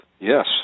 Yes